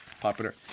Popular